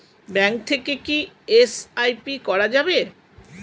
Bank থেকে কী SIP করা যাবে?